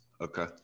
Okay